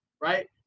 right